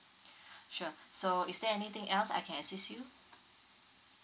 sure so is there anything else I can assist you